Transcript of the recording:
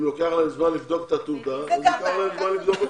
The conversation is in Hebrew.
אם לוקח להם זמן לבדוק את התעודה בכל מקרה ייקח להם זמן.